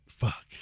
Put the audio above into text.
fuck